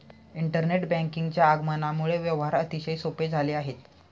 internet बँकिंगच्या आगमनामुळे व्यवहार अतिशय सोपे झाले आहेत